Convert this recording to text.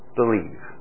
believe